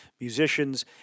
musicians